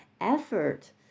effort